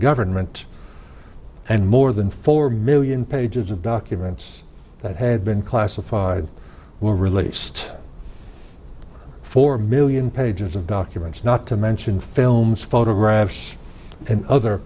government and more than four million pages of documents that had been classified were released four million pages of documents not to mention films photographs and other